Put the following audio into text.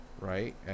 right